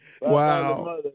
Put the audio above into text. Wow